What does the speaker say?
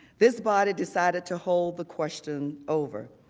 this body decided to hold the question over.